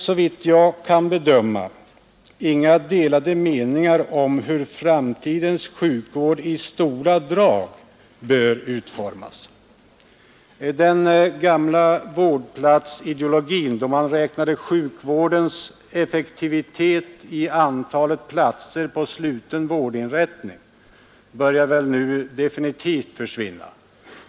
Såvitt jag kan bedöma råder inga delade meningar om hur framtidens sjukvård i stora drag bör utformas. Den gamla vårdplatsideologin, då man räknade sjukvårdens effektivitet i antalet platser på sluten vårdinrättning, börjar väl nu definitivt försvinna.